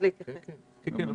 כן,